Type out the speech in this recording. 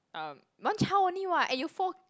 um one child only [what] eh you four